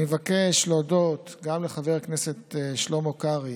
אני מבקש להודות גם לחבר הכנסת שלמה קרעי,